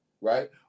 right